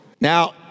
Now